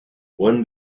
one